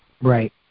Right